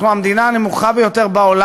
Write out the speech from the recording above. אנחנו המדינה הנמוכה ביותר בעולם.